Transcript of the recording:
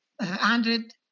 hundred